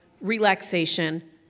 relaxation